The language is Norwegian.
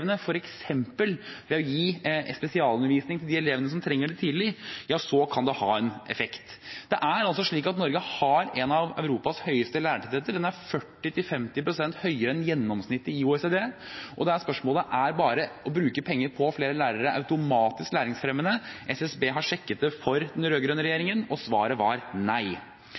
elevene, f.eks. ved å gi spesialundervisning til de elevene som trenger det tidlig, kan det ha en effekt. Norge har en av Europas høyeste lærertettheter. Den er 40–50 pst. høyere enn gjennomsnittet i OECD. Spørsmålet er bare om det å bruke penger på flere lærere er automatisk læringsfremmende. SSB har sjekket det for den rød-grønne regjeringen, og svaret var nei.